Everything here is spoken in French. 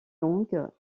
hong